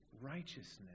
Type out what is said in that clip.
righteousness